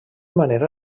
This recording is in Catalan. manera